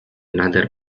nader